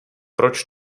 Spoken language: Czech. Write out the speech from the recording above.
proč